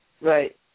Right